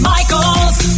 Michaels